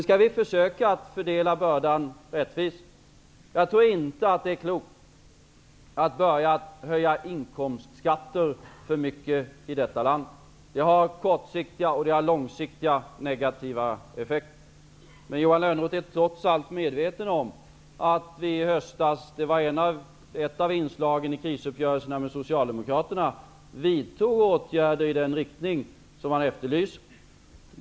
Vi skall försöka att fördela bördan rättvist. Jag tror inte att det är klokt att börja höja inkomstskatterna för mycket i detta land. Det har kortsiktiga och långsiktiga negativa effekter. Men Johan Lönnroth är trots allt medveten om att vi i höstas -- det var ett av inslagen i krisuppgörelserna med Socialdemokraterna -- vidtog åtgärder i den riktning som han efterlyser.